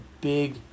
big